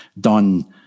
done